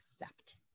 accept